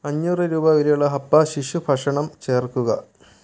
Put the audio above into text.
അഞ്ഞൂറ് രൂപ വിലയുള്ള ഹപ്പ ശിശുഭക്ഷണം ചേർക്കുക